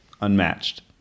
unmatched